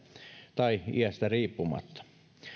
tai iästä riippumatta